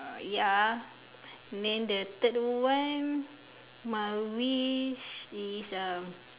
ya then the third one my wish is uh